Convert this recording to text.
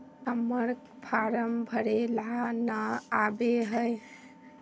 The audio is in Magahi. हम्मर फारम भरे ला न आबेहय?